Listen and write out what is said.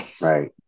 Right